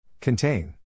Contain